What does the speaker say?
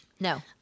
No